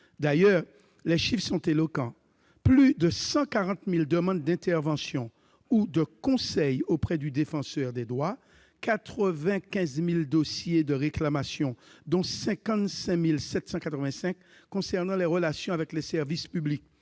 D'ailleurs, les chiffres sont éloquents : plus de 140 000 demandes d'interventions ou de conseils auprès du Défenseur des droits, 95 000 dossiers de réclamations, dont 55 785 concernant les relations avec les services publics,